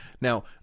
Now